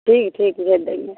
ठीक है ठीक है भेज देंगे